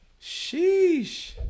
Sheesh